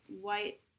White